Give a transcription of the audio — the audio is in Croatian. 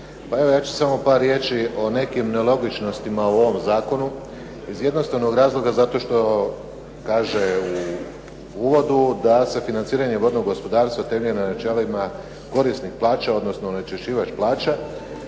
Ja ću samo par riječi o nekim nelogičnostima u ovom zakonu, iz jednostavnog razloga što kaže u uvodu da se financiranje vodnog gospodarstva temelji na načelima korisnik plaća odnosno onečišćivač plaća